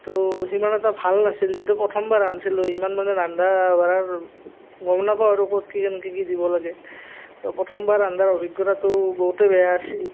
সেটো সিমান এটা ভাল নাছিল যে যিহেতু প্ৰথমবাৰ ৰান্ধিছিলোঁ ইমান মানে ৰন্ধা বঢ়াৰ গমো নাপাওঁ আৰু ক'ত কেনেকে কি দিব লাগে আৰু প্ৰথমবাৰ ৰন্ধাৰ অভিজ্ঞতাটো বহুতেই বেয়া আছিল